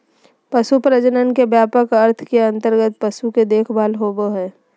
पशु प्रजनन के व्यापक अर्थ के अंतर्गत पशु के देखभाल होबो हइ